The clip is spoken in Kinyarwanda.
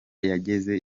yageze